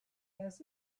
does